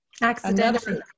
Accidentally